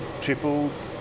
tripled